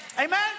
Amen